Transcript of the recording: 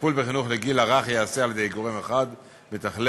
שהטיפול בחינוך לגיל הרך ייעשה על-ידי גורם אחד מתכלל.